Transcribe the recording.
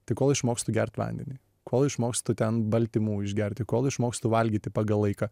tai kol išmokstu gert vandenį kol išmokstu ten baltymų išgerti kol išmokstu valgyti pagal laiką